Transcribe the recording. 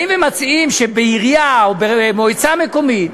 באים ומציעים שבעירייה או במועצה מקומית,